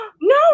No